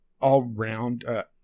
all-round